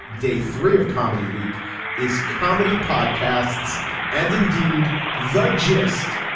day three of comedy week is comedy podcasts and indeed the gist.